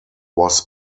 was